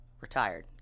retired